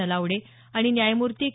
नलावडे आणि न्यायमूर्ती के